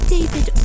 David